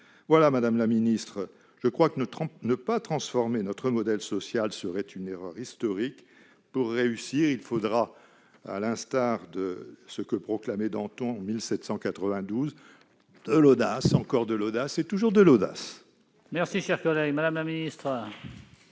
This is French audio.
? Madame la secrétaire d'État, je crois que ne pas transformer notre modèle social serait une erreur historique. Pour réussir, il faudra, à l'instar de ce que proclamait Danton en 1792 :« De l'audace, encore de l'audace et toujours de l'audace !» La parole est à Mme la secrétaire